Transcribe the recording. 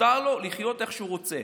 מותר לו לחיות איך שהוא רוצה.